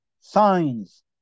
Signs